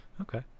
okay